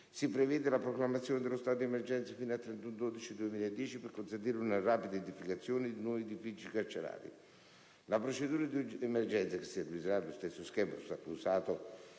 si prevede la proclamazione dello stato di emergenza fino al 31 dicembre 2010 per consentire una rapida edificazione dei nuovi edifici carcerari. La procedura di emergenza, che seguirà lo stesso schema usato